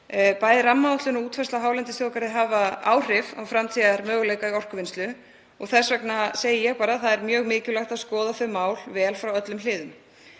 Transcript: bæði rammaáætlun og útfærsla hálendisþjóðgarðs áhrif á framtíðarmöguleika í orkuvinnslu. Þess vegna segi ég að það er mjög mikilvægt að skoða þau mál vel frá öllum hliðum.